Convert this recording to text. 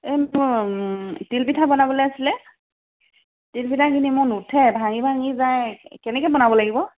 এই মোৰ তিলপিঠা বনাবলৈ আছিলে তিলপিঠাখিনি মোৰ নুঠে ভাঙি ভাঙি যায় কেনেকৈ বনাব লাগিব